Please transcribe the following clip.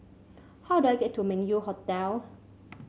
how do I get to Meng Yew Hotel